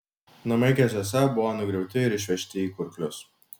namai keziuose buvo nugriauti ir išvežti į kurklius